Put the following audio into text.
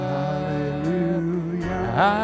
hallelujah